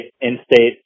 in-state